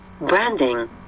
branding